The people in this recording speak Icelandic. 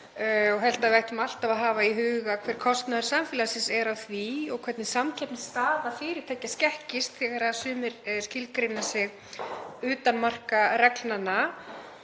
og held að við ættum alltaf að hafa í huga hver kostnaður samfélagsins er af því og hvernig samkeppnisstaða fyrirtækja skekkist þegar sumir skilgreina sig utan marka reglnanna.